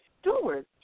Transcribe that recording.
stewards